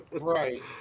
Right